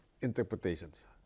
interpretations